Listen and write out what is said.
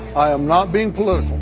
i am not being political,